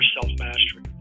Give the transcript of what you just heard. self-mastery